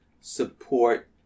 support